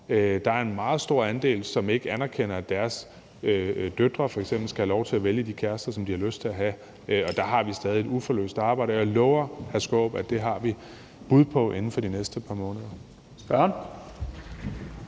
er en meget stor andel, som ikke anerkender, at deres døtre f.eks. skal have lov til at vælge de kærester, som de har lyst til at have. Der har vi stadig et uforløst arbejde, og jeg lover hr. Peter Skaarup, at vi vil have et bud på det inden for de næste par måneder.